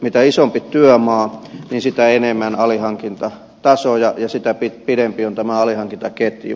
mitä isompi työmaa sitä enemmän alihankintatasoja ja sitä pidempi on tämä alihankintaketju